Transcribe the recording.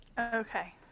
Okay